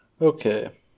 Okay